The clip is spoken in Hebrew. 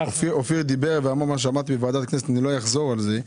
אופיר דיבר ואמר את מה שאמרתי בוועדת הכנסת ואני לא אחזור על זה,